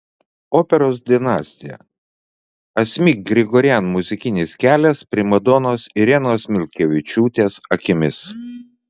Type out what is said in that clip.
operos dinastija asmik grigorian muzikinis kelias primadonos irenos milkevičiūtės akimis